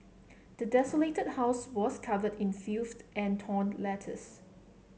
the desolated house was covered in filth and torn letters